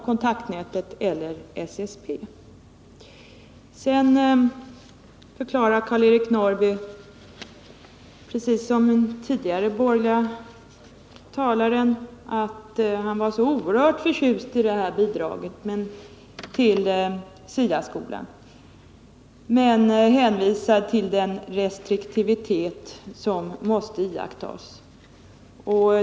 Karl-Eric Norrby förklarar, precis som den tidigare borgerlige talaren, att han är oerhört förtjust i bidraget till SIA-skolan och hänvisar sedan till den restriktivitet som måste iakttas.